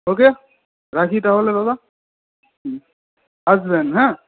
ওকে রাখি তাহলে দাদা হুম আসবেন হ্যাঁ